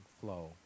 flow